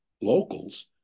locals